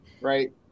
right